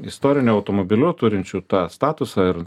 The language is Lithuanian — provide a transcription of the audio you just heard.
istoriniu automobiliu turinčių tą statusą ir